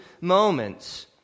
moments